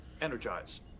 Energize